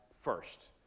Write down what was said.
first